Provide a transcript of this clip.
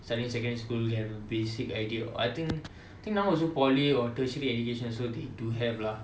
starting secondary school you have a basic idea I think think now also polytechnic or tertiary education so they do have lah